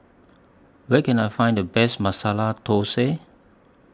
Where Can I Find The Best Masala Thosai